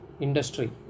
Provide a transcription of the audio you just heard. industry